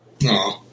No